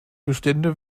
bestände